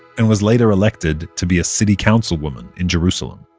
and was later elected to be a city councilwoman in jerusalem